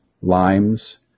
limes